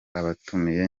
abamutumiye